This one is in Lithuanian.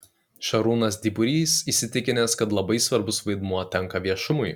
šarūnas dyburys įsitikinęs kad labai svarbus vaidmuo tenka viešumui